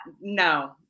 No